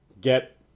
get